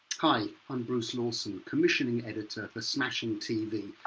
hi, i'm bruce lawson, commissioning editor for smashing tv.